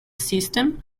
system